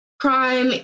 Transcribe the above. crime